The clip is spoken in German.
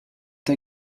der